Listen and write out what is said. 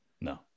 No